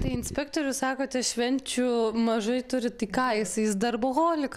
tai inspektorius sakote švenčių mažai turi tai ką jisai jis darboholik